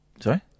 sorry